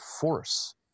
force